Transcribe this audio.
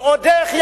ועוד איך?